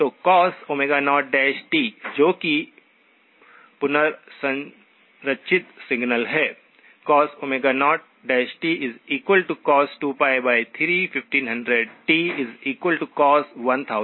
तो cos0t जो कि पुनर्संरचित सिग्नल है cos0tcos2π31500tcos1000πt